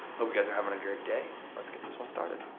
hope you guys are having a great day. let's get this one started.